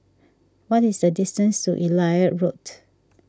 what is the distance to Elliot Road